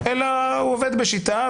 אלא הוא עובד בשיטה.